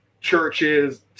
churches